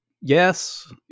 Yes